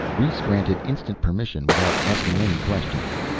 rhes granted instant permission without asking any questions.